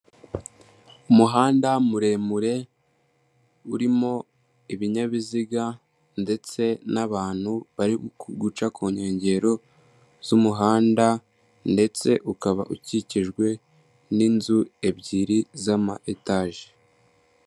Umuhanda muremure urimo ibinyabiziga ndetse n'abantu bari guca ku nkengero z'umuhanda ndetse ukaba ukikijwe n'inzu ebyiri z'ama etaje